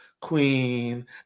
queen